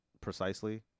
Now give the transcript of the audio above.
precisely